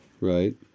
Right